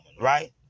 right